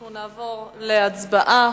אנחנו נעבור להצבעה.